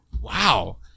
Wow